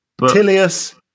Tilius